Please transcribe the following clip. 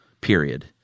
period